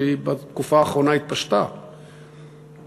שהתפשטה בתקופה האחרונה,